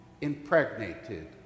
impregnated